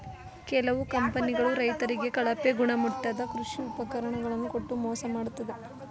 ಕೆಲವು ಕಂಪನಿಗಳು ರೈತರಿಗೆ ಕಳಪೆ ಗುಣಮಟ್ಟದ ಕೃಷಿ ಉಪಕರಣ ಗಳನ್ನು ಕೊಟ್ಟು ಮೋಸ ಮಾಡತ್ತದೆ